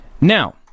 Now